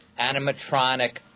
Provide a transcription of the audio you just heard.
animatronic